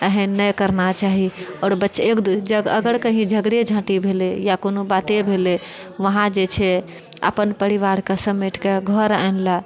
एहन नहि करना चाही आओर अगर कहीँ झगड़े झाँटी भेलै या कोनो बाते भेलै वहाँ जे छै अपन परिवारकेँ समेट कऽ घर अनलक